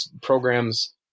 programs